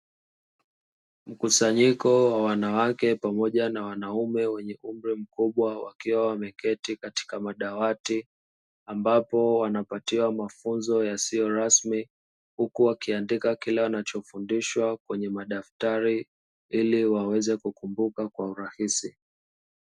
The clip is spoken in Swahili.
Mkusanyiko wa wanawake pamoja na wanaume wenye umri mkubwa wakiwa wameketi katika madawati ambapo wanapatiwa mafunzo yasiyo rasmi huku wakiandika kile wanachofundishwa kwenye madaftari ili waweze kukumbuka kwa urahisi.